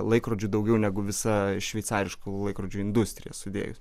laikrodžių daugiau negu visa šveicariškų laikrodžių industrija sudėjus